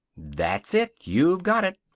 that's it! you've got it.